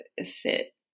sit